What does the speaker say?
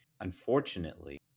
unfortunately